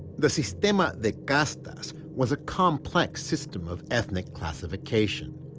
the sistema de castas was a complex system of ethnic classification,